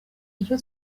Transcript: icyo